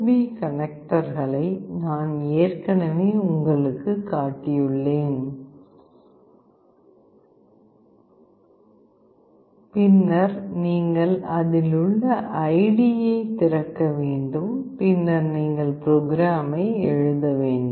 B கனெக்டர்களை நான் ஏற்கனவே உங்களுக்குக் காட்டியுள்ளேன் பின்னர் நீங்கள் அதில் உள்ள ஐடியைத் திறக்க வேண்டும் பின்னர் நீங்கள் ப்ரோக்ராமை எழுத வேண்டும்